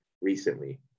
recently